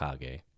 Kage